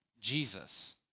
Jesus